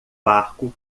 barco